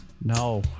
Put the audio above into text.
no